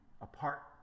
apart